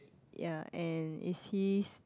ya and is he